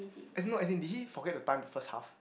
as in no as in did he forget to time the first half